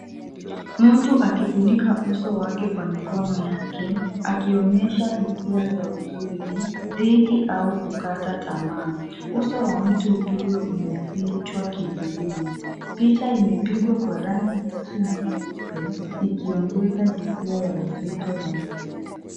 Mtu akifunika uso wake kwa mikono yake akionyesha hisia za huzuni, dhiki au kupata tamaa. Uso wa mtu huyo umefichwa kivulini. Picha imepigwa kwa rangi nyeusi na nyeupe ikiongeza hisia ya uzito na huzuni.